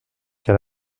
car